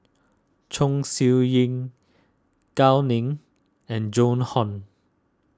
Chong Siew Ying Gao Ning and Joan Hon